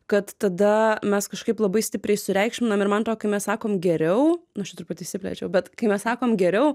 kad tada mes kažkaip labai stipriai sureikšminam ir man atrodo kai mes sakom geriau nu aš čia truputį išsiplėčiau bet kai mes sakom geriau